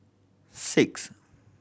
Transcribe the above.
six